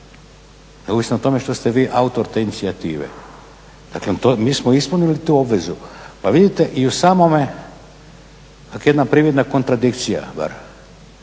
neovisno o tome što ste vi autor te inicijative. Dakle, mi smo ispunili tu obvezu. Pa vidite i u samome, dakle jedna prividna kontradikcija,